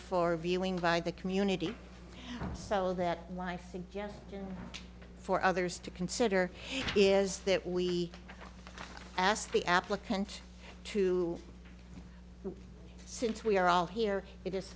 for viewing by the community so that life together for others to consider is that we ask the applicant to since we are all here it is